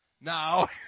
Now